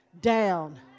down